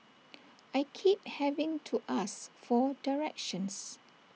I keep having to ask for directions